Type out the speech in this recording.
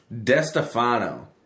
DeStefano